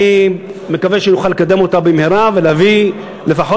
אני מקווה שנוכל לקדם אותה במהרה ולהביא לפחות